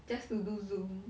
just to do Zoom